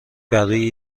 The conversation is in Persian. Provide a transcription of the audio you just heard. برروی